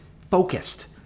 focused